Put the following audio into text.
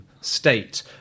State